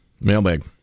Mailbag